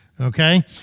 okay